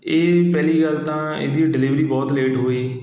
ਇਹ ਪਹਿਲੀ ਗੱਲ ਤਾਂ ਇਹਦੀ ਡਿਲੀਵਰੀ ਬਹੁਤ ਲੇਟ ਹੋਈ